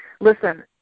Listen